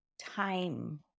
time